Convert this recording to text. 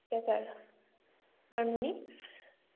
এহেজাৰ আৰু নুনী